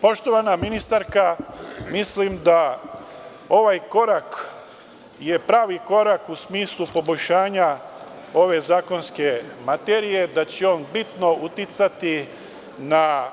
Poštovana ministarka, mislim da je ovaj korak pravi korak u smislu poboljšanja ove zakonske materije, da će on bitno uticati na